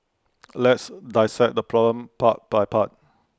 let's dissect this problem part by part